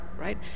right